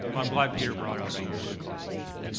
i'm glad peter brought up the cost issue.